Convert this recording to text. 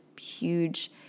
huge